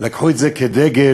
לקחו את זה כדגל.